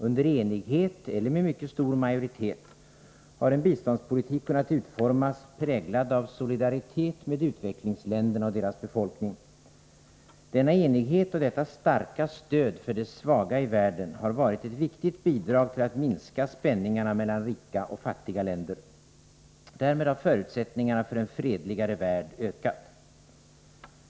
Under enighet — eller med mycket stor majoritet — har en biståndspolitik som är präglad av solidaritet med utvecklingsländerna och deras befolkning kunnat utformas. Denna enighet och detta starka stöd för de svaga i världen har varit ett viktigt bidrag till att minska spänningarna mellan rika och fattiga länder. Därmed har förutsättningarna för en fredligare värld ökat.